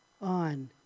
on